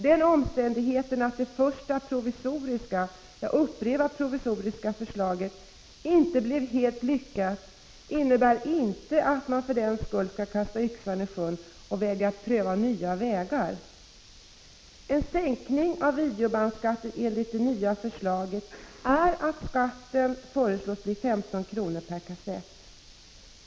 Den omständigheten att det första, provisoriska — jag upprepar: proviso 65 riska — förslaget inte blev helt lyckat innebär inte att man för den skull skall kasta yxan i sjön och vägra pröva nya vägar. Enligt det nya förslaget skall skatten på videobandskassetter sänkas till 15 kr. per kassett.